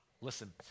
Listen